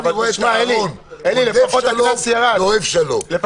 אני רואה את אהרון רודף שלום ואוהב שלום.